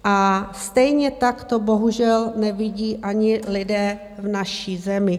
A stejně tak to bohužel nevidí lidé v naší zemi.